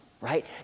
right